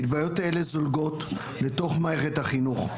התבטאויות אלה זולגות לתוך מערכת החינוך,